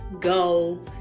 go